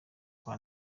kwa